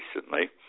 recently